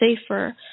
safer